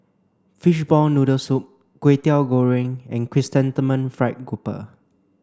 fishball noodle soup Kwetiau Goreng and chrysanthemum fried grouper